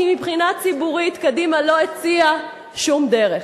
כי מבחינה ציבורית קדימה לא הציעה שום דרך.